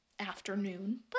afternoon